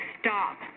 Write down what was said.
stop